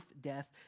death